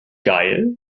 geil